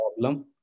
problem